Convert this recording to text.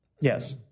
Yes